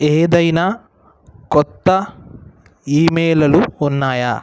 ఏదైనా కొత్త ఈమెయిల్లు ఉన్నాయా